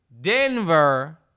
Denver